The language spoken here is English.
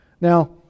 Now